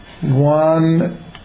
one